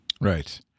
Right